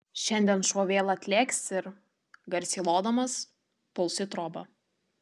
šiandien šuo vėl atlėks ir garsiai lodamas puls į trobą